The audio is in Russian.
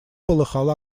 полыхал